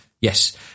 Yes